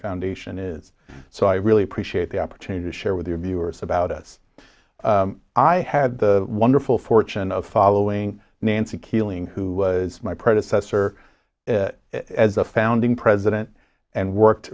foundation is so i really appreciate the opportunity to share with your viewers about us i had the wonderful fortune of following nancy keeling who was my predecessor as a founding president and worked